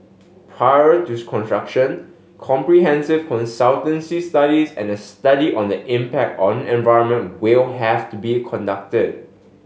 prior to construction comprehensive consultancy studies and a study on the impact on environment will have to be conducted